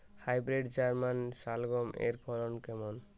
Hybrid German শালগম এর ফলন কেমন?